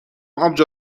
آبجو